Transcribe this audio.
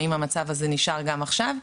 האם המצב הזה נשאר גם עכשיו?